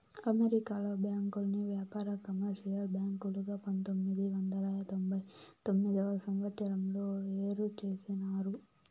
అమెరికాలో బ్యాంకుల్ని వ్యాపార, కమర్షియల్ బ్యాంకులుగా పంతొమ్మిది వందల తొంభై తొమ్మిదవ సంవచ్చరంలో ఏరు చేసినారు